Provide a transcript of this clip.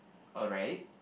alright